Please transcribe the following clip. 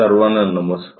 सर्वांना नमस्कार